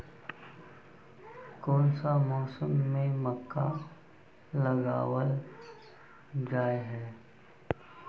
कोन सा मौसम में मक्का लगावल जाय है?